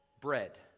bread